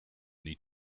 need